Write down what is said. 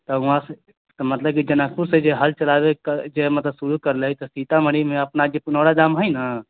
त वहाँ से त मतलब की जनकपुर सँ हल चलाबै के जे मतलब शुरू करलै तऽ मतलब सीतामढ़ी मे अपना के पुनौरा गाम है न